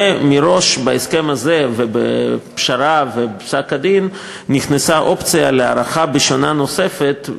ומראש בהסכם הזה ובפשרה ובפסק-הדין נכנסה אופציה להארכה בשנה נוספת,